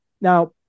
now